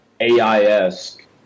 ai-esque